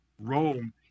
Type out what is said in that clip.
Rome